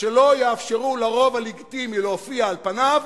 שלא יאפשרו לרוב הלגיטימי להופיע על פניו,